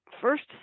first